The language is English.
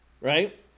right